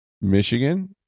Michigan